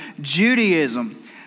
Judaism